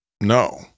no